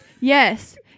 Yes